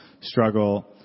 struggle